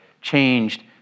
changed